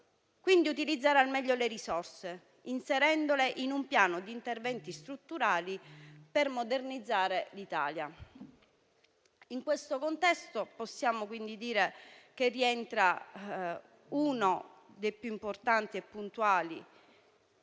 privata, utilizzando al meglio le risorse, inserendole in un piano di interventi strutturali per modernizzare l'Italia. In questo contesto, possiamo dire che rientrano uno dei più importanti e puntuali